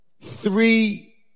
three